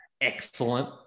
excellent